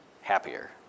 happier